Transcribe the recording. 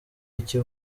icyo